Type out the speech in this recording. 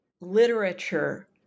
literature